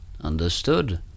understood